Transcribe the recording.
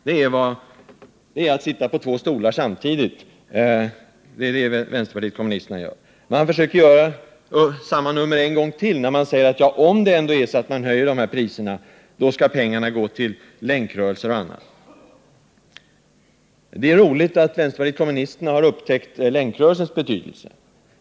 Det är att försöka sitta på två stolar samtidigt. Man försöker göra samma nummer en gång till, när man säger att om priserna ändå höjs, så skall pengarna gå till Länkrörelsen och liknande. Det är roligt att vänsterpartiet kommunisterna har upptäckt Länkrörelsens betydelse.